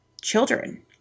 children